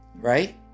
right